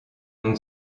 nom